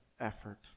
effort